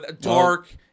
dark –